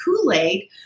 Kool-Aid